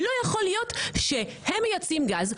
לא יכול להית שהם מייצאים גז,